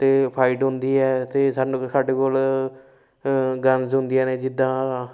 ਅਤੇ ਫਾਈਟ ਹੁੰਦੀ ਹੈ ਅਤੇ ਸਾਨੂੰ ਸਾਡੇ ਕੋਲ ਗਨਸ ਹੁੰਦੀਆਂ ਨੇ ਜਿੱਦਾਂ